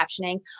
captioning